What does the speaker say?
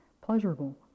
pleasurable